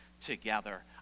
together